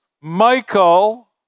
Michael